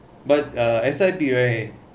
but err S_I_T right